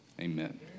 Amen